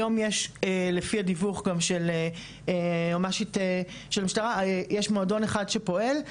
היום יש לפי הדיווח גם של היועמ"שית של המשטרה יש מועדון אחד שפועל.